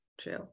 true